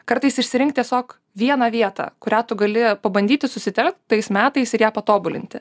kartais išsirinkti tiesiog vieną vietą kurią tu gali pabandyti susitelkt tais metais ir ją patobulinti